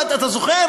אתה זוכר?